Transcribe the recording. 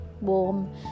warm